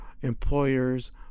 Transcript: employers